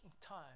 time